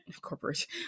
corporation